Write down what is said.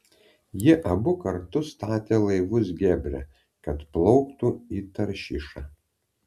jie abu kartu statė laivus gebere kad plauktų į taršišą